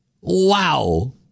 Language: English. Wow